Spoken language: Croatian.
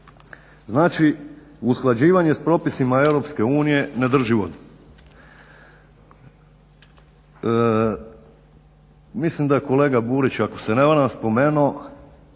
Znači usklađivanje s propisima EU ne drži vodu. Mislim da je kolega Burić ako se ne varam spomenuo